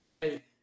hey